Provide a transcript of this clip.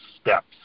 steps